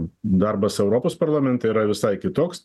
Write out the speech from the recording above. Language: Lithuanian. darbas europos parlamente yra visai kitoks